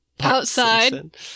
Outside